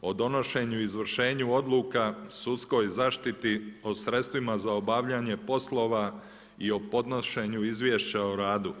o donošenju i izvršenju odluka sudskoj zaštiti, o sredstvima za obavljanje poslova i o podnošenju izvješća o radu.